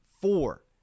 four